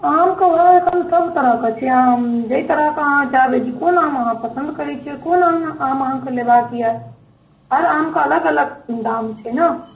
आमके भाव एखन सब तरहके छै आम जे तरहके अहाँ चाहबै कोन आम अहाँ पसन्द करै छिए कोन आम अहाँके लेबाके अइ हर आमके अलग अलग दाम छै ने